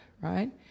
Right